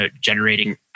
generating